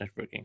networking